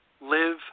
Live